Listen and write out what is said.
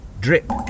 drip